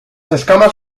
escamas